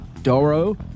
Doro